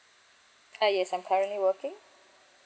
ah yes I'm currently working